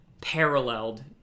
paralleled